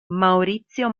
maurizio